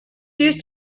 used